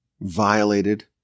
Violated